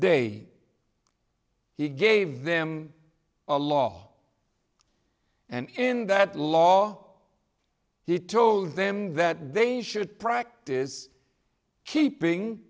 day he gave them a law and in that law he told them that they should practice keeping